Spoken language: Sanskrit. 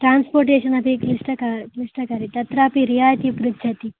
ट्रान्सपोर्टेषन् अपि क्लिष्टक क्लिष्टकाति तत्रापि रियायिति पृच्छति